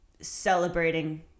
celebrating